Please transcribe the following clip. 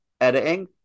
editing